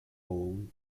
home